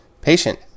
patient